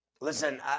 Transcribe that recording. Listen